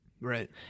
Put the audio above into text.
Right